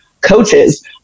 coaches